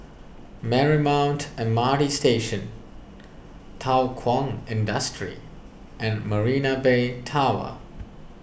Marymount M R T Station Thow Kwang Industry and Marina Bay Tower